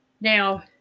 Now